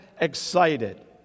excited